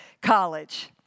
college